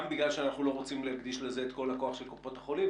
גם בגלל שאנחנו לא רוצים להקדיש לזה את כל הכוח של קופות החולים,